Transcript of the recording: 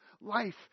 life